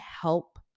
help